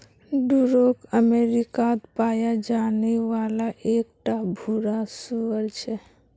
Duroc अमेरिकात पाया जाने वाला एक टा भूरा सूअर छे